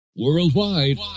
worldwide